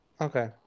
Okay